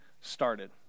started